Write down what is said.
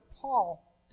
Paul